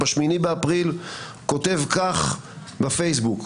ב-8 באפריל כותב כך בפייסבוק: